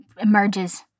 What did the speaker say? emerges